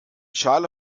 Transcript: schale